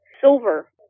silver